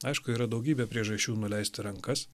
aišku yra daugybė priežasčių nuleisti rankas